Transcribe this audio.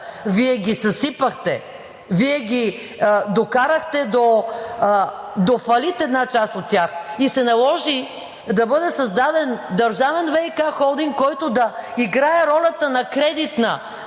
Вие ги съсипахте, Вие докарахте една част от тях до фалит и се наложи да бъде създаден държавен ВиК холдинг, който да играе ролята на кредитна,